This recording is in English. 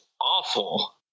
awful